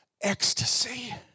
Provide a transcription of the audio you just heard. ecstasy